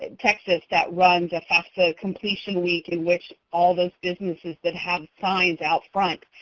ah texas that runs fafsa completion week in which all those businesses that have signs out front